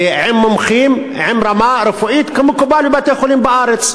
עם מומחים, עם רמה רפואית כמקובל בבתי-חולים בארץ.